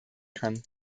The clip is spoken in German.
kann